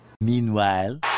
Meanwhile